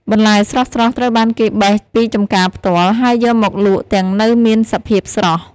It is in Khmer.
បន្លែស្រស់ៗត្រូវបានគេបេះពីចំការផ្ទាល់ ហើយយកមកលក់ទាំងនៅមានសភាពស្រស់។